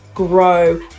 grow